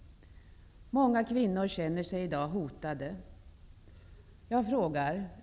Många kvinnor känner sig i dag hotade.